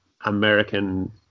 American